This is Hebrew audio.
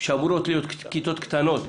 שאמורות להיות כיתות קטנות,